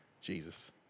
Jesus